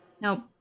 Nope